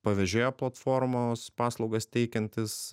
pavežėjo platformos paslaugas teikiantis